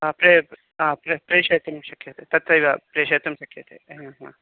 प्रे प्र प्रेषयितुं शक्यते तत्रैव प्रेषयितुं शक्यते